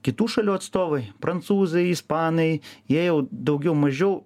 kitų šalių atstovai prancūzai ispanai jie jau daugiau mažiau